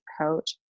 coach